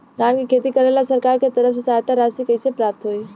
धान के खेती करेला सरकार के तरफ से सहायता राशि कइसे प्राप्त होइ?